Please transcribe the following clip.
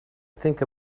think